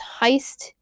Heist